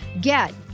Get